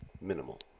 minimal